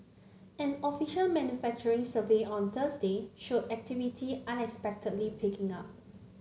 an official manufacturing survey on Thursday showed activity unexpectedly picking up